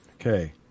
Okay